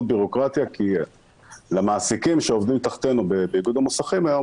בירוקרטיה כי למעסיקים שעובדים תחתינו באיגוד המוסכים היום